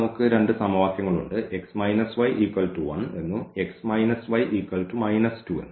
അതിനാൽ നമുക്ക് ഈ രണ്ട് സമവാക്യങ്ങളുണ്ട് x y 1 x y 2